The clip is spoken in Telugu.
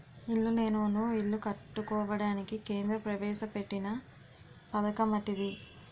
ఇల్లు లేనోళ్లు ఇల్లు కట్టుకోవడానికి కేంద్ర ప్రవేశపెట్టిన పధకమటిది